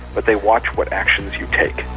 but they watch what actions you take.